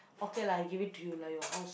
okay lah I give it to you lah your house